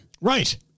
Right